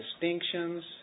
distinctions